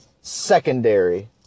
secondary